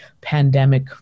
pandemic